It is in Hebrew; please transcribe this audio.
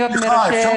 המקומיות אני מקבלת